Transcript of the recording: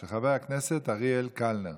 של חבר הכנסת אריאל קלנר.